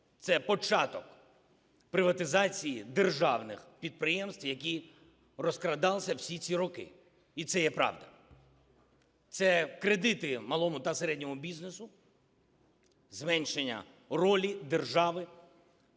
це початок приватизації державних підприємств, які розкрадались всі ці роки. І це є правда. Це кредити малому та середньому бізнесу, зменшення ролі держави